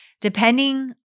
depending